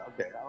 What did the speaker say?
Okay